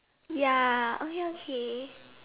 ya okay okay